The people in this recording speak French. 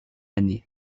année